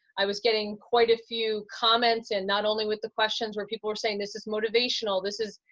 i was getting quite a few comments, and not only with the questions where people were saying this is motivational, this is,